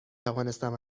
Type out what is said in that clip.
توانستم